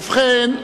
ובכן,